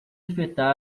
afetar